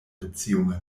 beziehungen